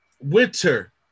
Winter